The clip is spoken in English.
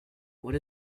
what